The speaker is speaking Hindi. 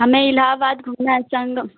हमें इलाहाबाद घूमना है चनडो